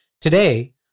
today